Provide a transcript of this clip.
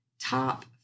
top